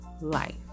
life